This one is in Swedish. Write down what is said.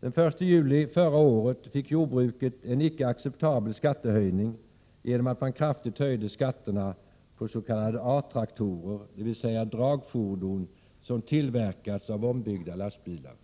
Den 1 juli förra året fick jordbruket en icke acceptabel skattehöjning genom att man kraftigt höjde skatten på s.k. A-traktorer, dvs. dragfordon som tillverkats av ombyggda lastbilar.